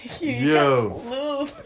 Yo